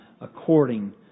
according